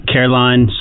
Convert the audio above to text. Caroline